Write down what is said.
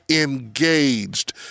engaged